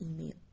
email